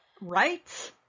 right